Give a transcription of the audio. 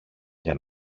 για